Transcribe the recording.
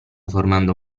formando